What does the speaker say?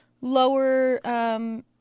lower